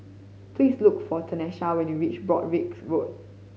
please look for Tenisha when you reach Broadrick Road